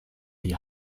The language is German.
die